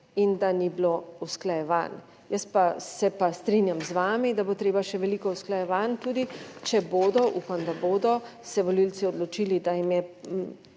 in da ni bilo usklajevanj. Jaz se pa strinjam z vami, da bo treba še veliko usklajevanj, tudi če bodo, upam, da bodo, se volivci odločili, da jim